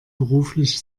beruflich